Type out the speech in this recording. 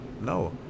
no